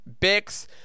Bix